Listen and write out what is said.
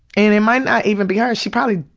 and it might not even be her, she probably,